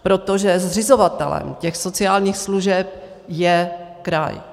Protože zřizovatelem těch sociálních služeb je kraj.